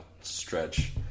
stretch